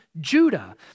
Judah